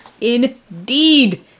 Indeed